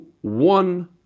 one